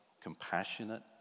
compassionate